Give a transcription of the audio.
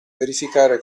verificare